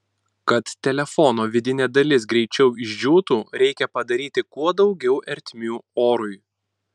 kad telefono vidinė dalis greičiau išdžiūtų reikia padaryti kuo daugiau ertmių orui